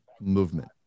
movement